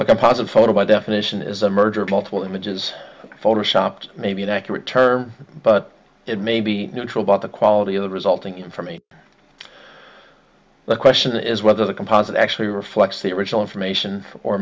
a composite photo by definition is a merger of multiple images photo shopped may be an accurate term but it may be neutral about the quality of the resulting in for me the question is whether the composite actually reflects the original information or